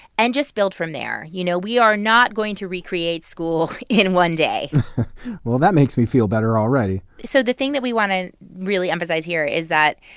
and just build from there. you know, we are not going to recreate school in one day well, that makes me feel better already so the thing that we want to really emphasize here is that,